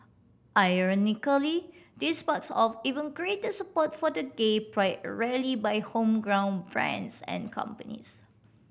ironically this sparks off even greater support for the gay pride rally by homegrown brands and companies